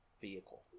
vehicle